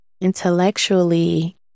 Intellectually